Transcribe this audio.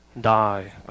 die